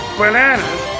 bananas